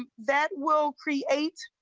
that will create.